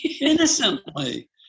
Innocently